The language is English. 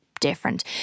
different